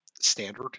standard